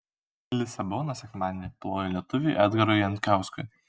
lisabona sekmadienį plojo lietuviui edgarui jankauskui